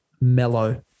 Mellow